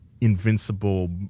invincible